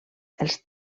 els